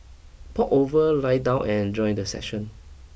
pop over lie down and enjoy the session